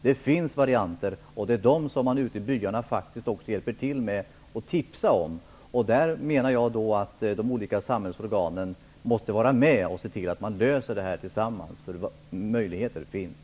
Det finns varianter, och det är de som man hjälper till att tipsa om ute i byarna. Jag menar att de olika samhällsorganen måste vara med och se till att man löser det här tillsammans. Möjligheter finns.